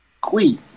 queen